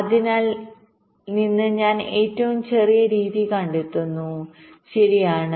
അതിൽ നിന്ന് ഞാൻ ഏറ്റവും ചെറിയ രീതി കണ്ടെത്തുന്നു ശരിയാണ്